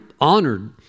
honored